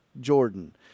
Jordan